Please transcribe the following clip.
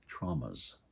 traumas